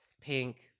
pink